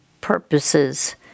purposes